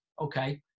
okay